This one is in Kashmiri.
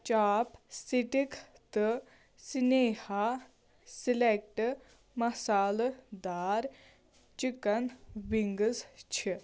چاپ سٹِک تہٕ سنیہا سِلیٚکٹ مصالہٕ دار چِکن وِنٛگس چھِ